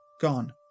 Gone